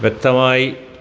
വ്യക്തമായി